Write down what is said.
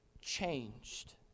changed